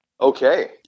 Okay